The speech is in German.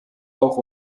auch